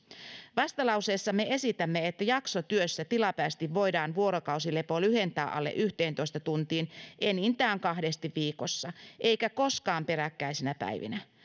vastalauseessamme esitämme että jaksotyössä tilapäisesti voidaan vuorokausilepo lyhentää alle yhteentoista tuntiin enintään kahdesti viikossa eikä koskaan peräkkäisinä päivinä